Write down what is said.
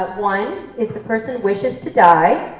one is the person wishes to die.